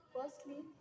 firstly